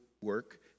work